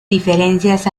diferencias